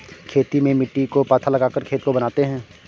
खेती में मिट्टी को पाथा लगाकर खेत को बनाते हैं?